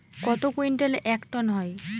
কত কুইন্টালে এক টন হয়?